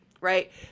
right